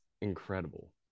incredible